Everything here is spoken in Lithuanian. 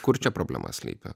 kur čia problema slypi